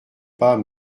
pas